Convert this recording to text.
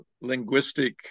linguistic